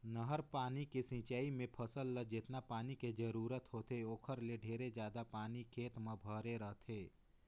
नहर पानी के सिंचई मे फसल ल जेतना पानी के जरूरत होथे ओखर ले ढेरे जादा पानी खेत म भरे रहथे